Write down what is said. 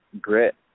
grit